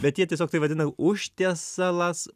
bet jie tiesiog tai vadina užtiesalas